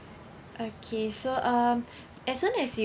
okay so um as soon as you